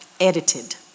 Edited